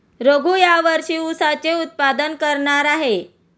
रघू या वर्षी ऊसाचे उत्पादन करणार आहे